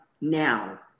now